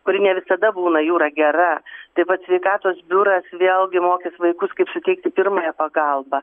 kuri ne visada būna jūra gera tai vat sveikatos biuras vėlgi mokys vaikus kaip suteikti pirmąją pagalbą